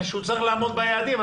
שהוא צריך לעמוד ביעדים.